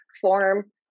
form